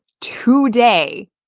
today